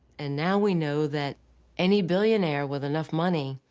and now we know that any billionaire with enough money,